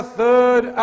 third